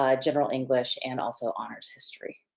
ah general english and also honors history.